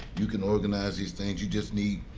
you can organize these things. you just need,